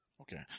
Okay